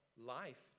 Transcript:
life